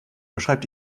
beschreibt